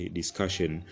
discussion